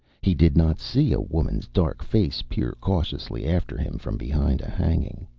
he did not see a woman's dark face peer cautiously after him from behind a hanging.